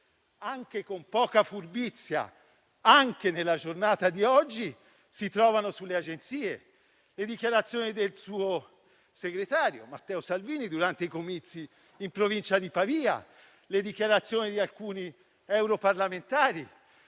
- che costantemente, anche nella giornata di oggi, si trovano sulle agenzie. Mi riferisco alle dichiarazioni fatte dal suo segretario Matteo Salvini durante i comizi in provincia di Pavia e alle dichiarazioni di alcuni europarlamentari,